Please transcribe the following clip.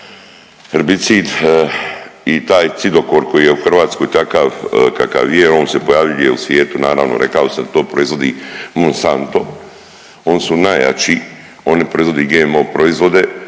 herbicid i taj Cidokor koji je u Hrvatskoj takav kakav je, on se pojavljuje u svijetu, naravno, rekao sam to, proizvodi Monstanto. Oni su najjači, oni proizvode GMO proizvode,